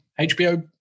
HBO